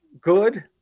Good